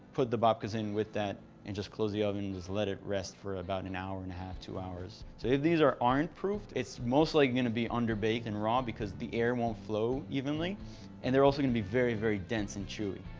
put the babkas in with that and just close the oven and just let it rest for about an hour and a half, two hours. so if these aren't proofed, it's most likely like going to be under bake and raw because the air won't flow evenly and they're also gonna be very, very dense and chewy.